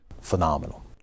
Phenomenal